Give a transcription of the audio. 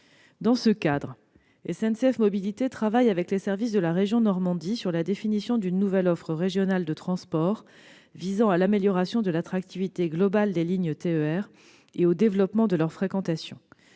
Dans ce cadre, SNCF Mobilités travaille avec les services de la région Normandie sur la définition d'une nouvelle offre régionale de transports visant à l'amélioration de l'attractivité globale des lignes TER et au développement de leur fréquentation.